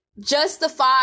justify